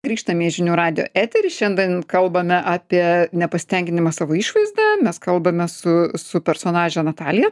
grįžtame į žinių radijo eterį šiandien kalbame apie nepasitenkinimą savo išvaizda mes kalbame su su personaže natalija